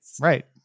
Right